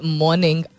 morning